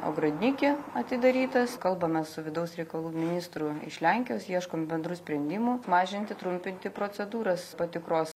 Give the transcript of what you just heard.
ogrodniki atidarytas kalbame su vidaus reikalų ministru iš lenkijos ieškom bendrų sprendimų mažinti trumpinti procedūras patikros